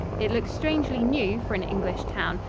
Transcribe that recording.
it looks strangely new for an english town,